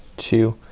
two,